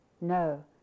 No